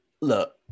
look